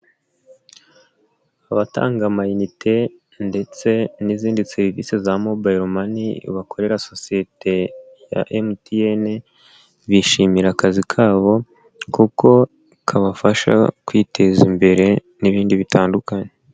Abatanga amayinite ndetse n'izindi serivise za Mobile Money bakorera sosiyete ya MTN bishimira akazi kabo kuko kabafasha kwiteza imbere n'ibindi bitandukanye.